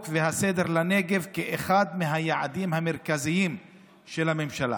והסדר לנגב כאחד מהיעדים המרכזיים של הממשלה.